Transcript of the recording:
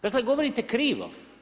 Dakle govorite krivo.